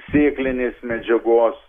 sėklinės medžiagos